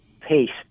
paste